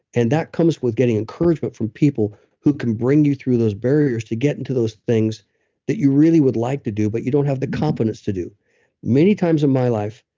and that comes with getting encouragement from people who can bring you through those barriers to get into those things that you really would like to do, but you don't have the confidence to do many times of my life,